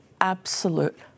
absolute